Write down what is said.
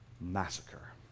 massacre